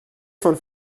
von